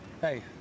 Hey